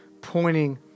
pointing